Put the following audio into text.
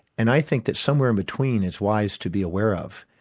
and i think that somewhere in between is wise to be aware of.